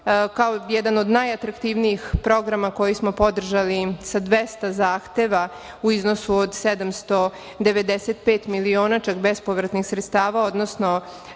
jedan od najatraktivnijih programa koji smo podržali sa 200 zahteva u iznosu od 795 miliona, čak bespovratnih sredstava, odnosno